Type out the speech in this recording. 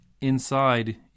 inside